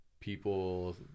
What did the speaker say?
People